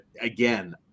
again